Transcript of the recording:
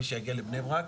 מי שיגיע לבני ברק,